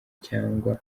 cyangwa